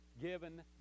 given